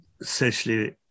socially